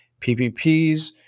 PPPs